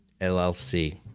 LLC